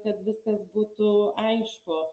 kad viskas būtų aišku